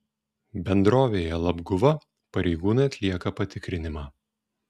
bendrovėje labguva pareigūnai atlieka patikrinimą